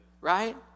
Right